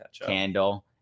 candle-